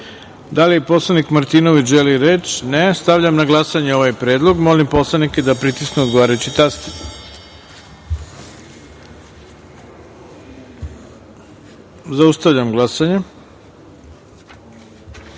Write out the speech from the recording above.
li poslanik Martinović želi reč? (Ne)Stavljam na glasanje ovaj predlog. Molim poslanike da pritisnu odgovarajući taster. Zaustavljam glasanje. Ukupno